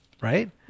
right